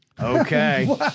Okay